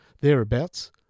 thereabouts